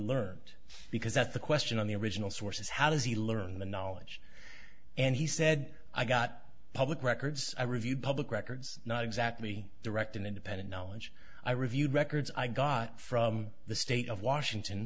learned because that the question on the original source is how does he learn the knowledge and he said i got public records i reviewed public records not exactly direct an independent knowledge i reviewed records i got from the state of washington